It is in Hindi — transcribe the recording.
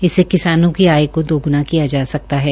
इससे किसानों की आय को दोग्ना किया जा सकता है